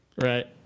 Right